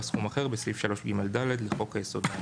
סכום אחר בסעיף 3ג(ד) לחוק-היסוד האמור,".